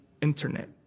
internet